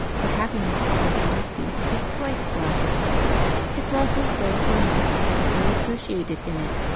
for happiness, like mercy, is twice blessed it blesses those who are most intimately associated in it,